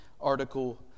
article